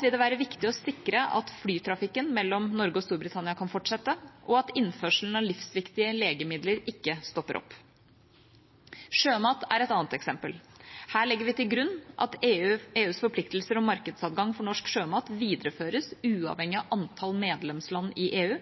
vil det være viktig å sikre at flytrafikken mellom Norge og Storbritannia kan fortsette, og at innførselen av livsviktige legemidler ikke stopper opp. Sjømat er et annet eksempel. Her legger vi til grunn at EUs forpliktelser om markedsadgang for norsk sjømat videreføres uavhengig av antall medlemsland i EU,